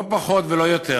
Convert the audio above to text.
לא פחות ולא יותר,